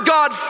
God